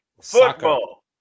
Football